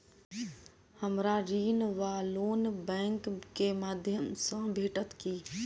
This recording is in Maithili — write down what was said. हमरा ऋण वा लोन बैंक केँ माध्यम सँ भेटत की?